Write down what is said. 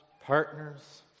partners